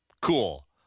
Cool